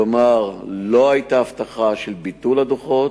כלומר, לא היתה הבטחה של ביטול הדוחות,